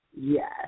Yes